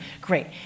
great